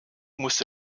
musste